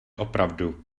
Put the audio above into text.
opravdu